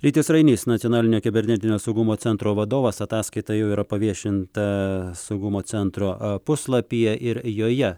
rytis rainys nacionalinio kibernetinio saugumo centro vadovas ataskaita jau yra paviešinta saugumo centro puslapyje ir joje